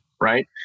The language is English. right